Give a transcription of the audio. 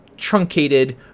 truncated